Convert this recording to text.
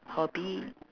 hobby